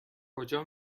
کجا